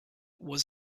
was